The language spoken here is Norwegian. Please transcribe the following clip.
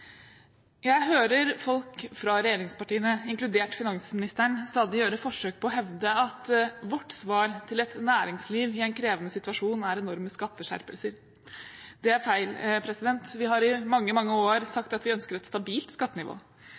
Jeg hører folk fra regjeringspartiene, inkludert finansministeren, stadig gjøre forsøk på å hevde at vårt svar til et næringsliv i en krevende situasjon er enorme skatteskjerpelser. Det er feil. Vi har i mange, mange år sagt at vi ønsker et stabilt skattenivå.